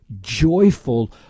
joyful